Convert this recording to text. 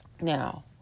Now